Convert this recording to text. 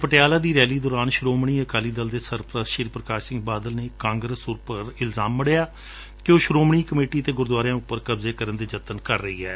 ਪਟਿਆਲਾ ਦੀ ਰੈਲੀ ਦੌਰਾਨ ਸ੍ਰੋਮਣੀ ਅਕਾਲੀ ਦਲ ਦੇ ਸਰਪ੍ਰਸਤ ਪ੍ਰਕਾਸ਼ ਸਿੰਘ ਬਾਦਲ ਨੇ ਕੈਪਟਨ ਉਪਰ ਇਲਜ਼ਾਮ ਮੜਿਆ ਕਿ ਉਹ ਸ੍ਰੋਮਣੀ ਕਮੇਟੀ ਅਤੇ ਗੁਰਦੁਆਰਿਆਂ ਉਪਰ ਕਬਜੇ ਕਰਨ ਦੇ ਜਤਨ ਕਰ ਰਹੀ ਏ